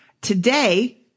Today